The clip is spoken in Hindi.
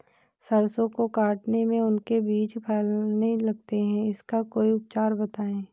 सरसो को काटने में उनके बीज फैलने लगते हैं इसका कोई उपचार बताएं?